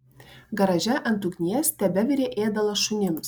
garaže ant ugnies tebevirė ėdalas šunims